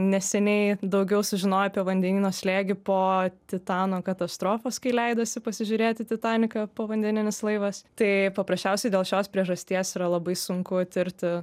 neseniai daugiau sužinojo apie vandenyno slėgį po titano katastrofos kai leidosi pasižiūrėti titaniką povandeninis laivas tai paprasčiausiai dėl šios priežasties yra labai sunku tirti